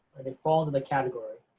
and they fall in that category.